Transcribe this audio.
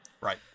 Right